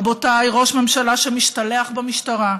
רבותיי, ראש ממשלה שמשתלח במשטרה,